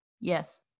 Yes